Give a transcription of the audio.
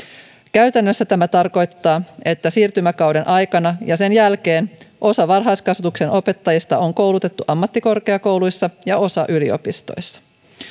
käytännössä tämä tarkoittaa että siirtymäkauden aikana ja sen jälkeen osa varhaiskasvatuksen opettajista on koulutettu ammattikorkeakouluissa ja osa yliopistoissa